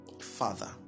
Father